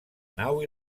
nau